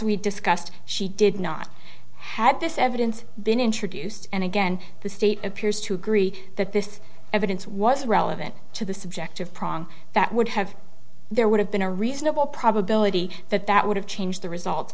we discussed she did not had this evidence been introduced and again the state appears to agree that this evidence was relevant to the subjective prong that would have there would have been a reasonable probability that that would have changed the result